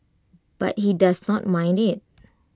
but he does not mind IT